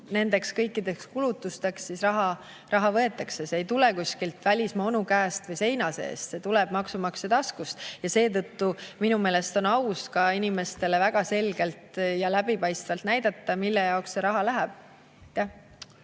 nendeks kõikideks kulutusteks raha võetakse? See ei tule kuskilt välismaa onu käest või seina seest. See tuleb maksumaksja taskust. Seetõttu minu meelest on aus inimestele väga selgelt ja läbipaistvalt näidata, mille jaoks see raha läheb.